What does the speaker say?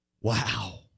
Wow